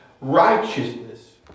righteousness